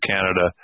Canada